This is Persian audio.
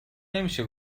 نمیشه